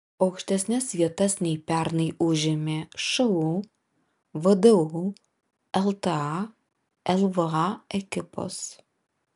aukštesnes vietas nei pernai užėmė šu vdu lta lva ekipos